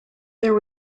there